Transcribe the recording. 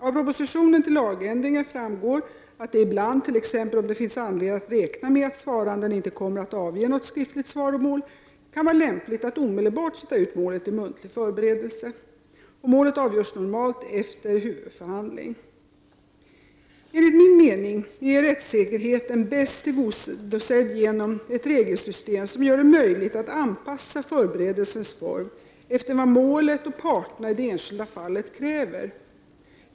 Av propositionen till lagändringen framgår att det ibland, t.ex. om det finns anledning att räkna med att svaranden inte kommer att avge något skriftligt svaromål, kan vara lämpligt att omedelbart sätta ut målet till muntlig förberedelse. Målet avgörs normalt efter huvudförhandling. Enligt min mening är rättssäkerheten bäst tillgodosedd genom ett regelsystem soi. gör det möjligt att anpassa förberedelsens form efter vad målet och parterna i det enskilda fallet kräver.